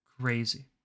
crazy